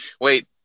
Wait